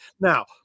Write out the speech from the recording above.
Now